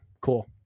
cool